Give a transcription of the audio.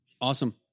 Awesome